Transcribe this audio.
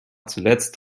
zuletzt